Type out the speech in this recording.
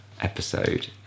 episode